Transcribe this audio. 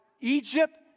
Egypt